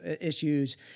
issues